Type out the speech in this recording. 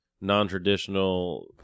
non-traditional